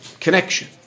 connection